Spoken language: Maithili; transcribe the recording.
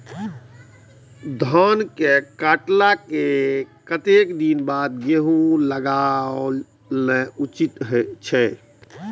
धान के काटला के कतेक दिन बाद गैहूं लागाओल उचित छे?